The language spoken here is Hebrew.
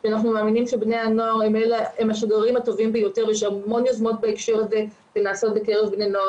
איך עשו את זה בארצות הברית?